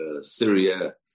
Syria